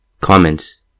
Comments